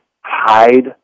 hide